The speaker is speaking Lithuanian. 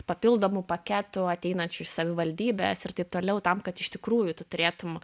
papildomų paketų ateinančių iš savivaldybės ir taip toliau tam kad iš tikrųjų tu turėtum